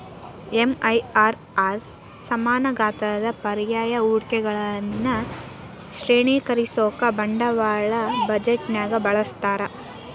MIRR ಸಮಾನ ಗಾತ್ರದ ಪರ್ಯಾಯ ಹೂಡಿಕೆಗಳನ್ನ ಶ್ರೇಣೇಕರಿಸೋಕಾ ಬಂಡವಾಳ ಬಜೆಟ್ನ್ಯಾಗ ಬಳಸ್ತಾರ